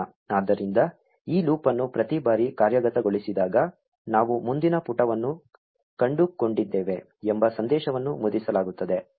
ಆದ್ದರಿಂದ ಈ ಲೂಪ್ ಅನ್ನು ಪ್ರತಿ ಬಾರಿ ಕಾರ್ಯಗತಗೊಳಿಸಿದಾಗ ನಾವು ಮುಂದಿನ ಪುಟವನ್ನು ಕಂಡುಕೊಂಡಿದ್ದೇವೆ ಎಂಬ ಸಂದೇಶವನ್ನು ಮುದ್ರಿಸಲಾಗುತ್ತದೆ